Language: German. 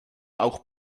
auch